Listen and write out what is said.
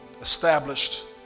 established